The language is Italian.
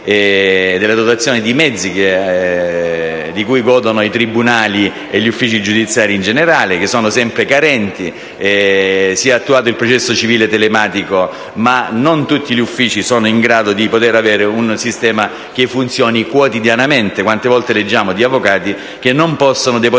della dotazione dei mezzi di cui godono i tribunali e gli uffici giudiziari in generale e che sono sempre carenti. Si è attuato il processo civile telematico, ma non tutti gli uffici sono stati dotati di un sistema che funzioni quotidianamente. Quante volte leggiamo di avvocati che non possono depositare